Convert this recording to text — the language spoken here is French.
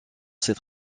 ses